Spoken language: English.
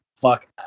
fuck